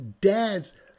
Dads